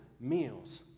meals